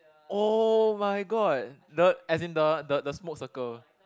oh-my-god the as in the the smoke circle